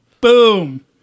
Boom